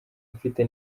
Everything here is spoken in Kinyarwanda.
mfite